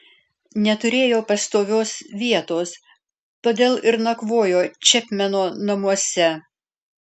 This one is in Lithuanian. neturėjo pastovios vietos todėl ir nakvojo čepmeno namuose